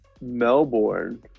Melbourne